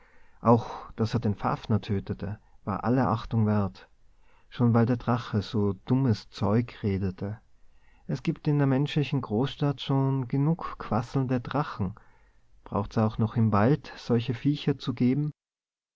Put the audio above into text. auch daß er den fafner tötete war aller achtung wert schon weil der drache so dummes zeug redete es gibt in der menschlichen großstadt schon genug quasselnde drachen braucht's auch noch im wald solche viecher zu geben